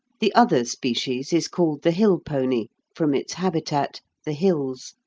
the other species is called the hill-pony, from its habitat, the hills,